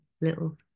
little